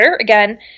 again